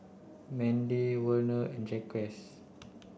Mendy Werner and Jacquez